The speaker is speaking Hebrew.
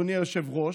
אדוני היושב-ראש,